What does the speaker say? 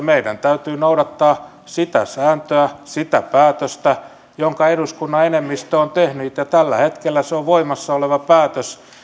meidän täytyy noudattaa sitä sääntöä sitä päätöstä jonka eduskunnan enemmistö on tehnyt ja tällä hetkellä se on voimassa oleva päätös